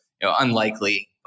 Unlikely